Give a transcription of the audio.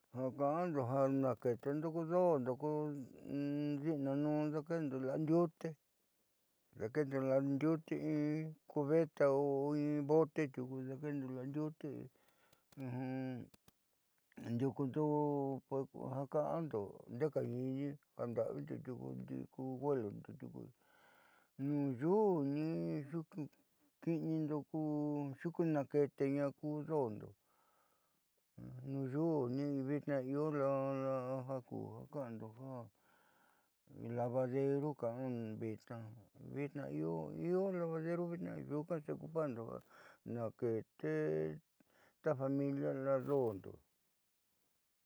Ja ka'ando ja naakeetendo ku doondo ko di'inanuun daakeehndo la'a ndiute daakeendo la'a ndiute in cubeta o in bote tiuku daakeendo la'a ndiute ndiuukundo ja ka'ando ndeekain jaanda'avindo tiuku di'i ku huelundo tiuku nuu yuu nii xukiinindo ku xuunaa keeteña ku doondo nuu yuunii vitnaa io la'a ja kúja ka'ando ja lavaderu ka'ando vitnaa vitnaa io lavaderu vitnaa nyuukaa nake.